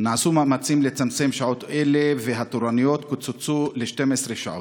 נעשו מאמצים לצמצם שעות אלו והתורנויות קוצצו ל-12 שעות.